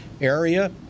area